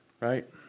right